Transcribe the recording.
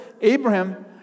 Abraham